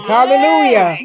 Hallelujah